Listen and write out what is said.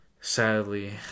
sadly